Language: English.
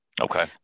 Okay